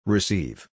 Receive